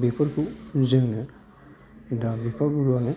बेफोरखौ जोङो दा बिफा गुरुआनो